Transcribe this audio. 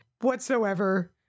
whatsoever